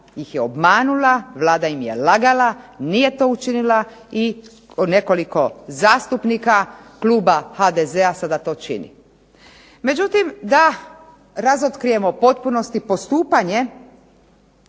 ih je obmanula, Vlada im je lagala, nije to učinila i nekoliko zastupnika kluba HDZ-a sada to čini. Međutim, da razotkrijemo u potpunosti postupanje,